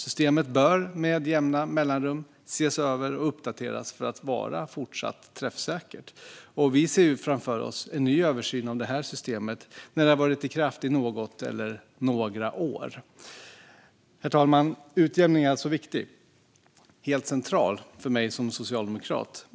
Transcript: Systemet bör med jämna mellanrum ses över och uppdateras för att vara fortsatt träffsäkert. Vi ser framför oss en ny översyn av system när det har varit i kraft i något eller några år. Herr talman! Utjämning är alltså viktigt, och den är helt central för mig som socialdemokrat.